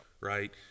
right